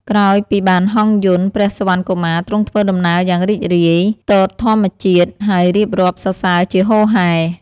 ក្រោយពីបានហង្សយន្ត ព្រះសុវណ្ណកុមារទ្រង់ធ្វើដំណើរយ៉ាងរីករាយ ទតធម្មជាតិ ហើយរៀបរាប់សរសើរជាហូរហែ។